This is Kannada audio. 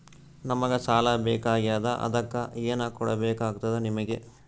ನಮಗ ಸಾಲ ಬೇಕಾಗ್ಯದ ಅದಕ್ಕ ಏನು ಕೊಡಬೇಕಾಗ್ತದ ನಿಮಗೆ?